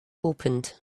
opened